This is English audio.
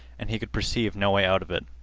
and he could perceive no way out of it.